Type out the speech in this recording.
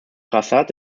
prasad